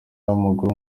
w’amaguru